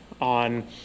on